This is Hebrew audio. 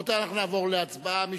רבותי, אנחנו נעבור להצבעה.